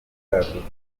ubuyobozi